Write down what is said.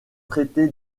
traité